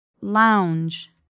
Lounge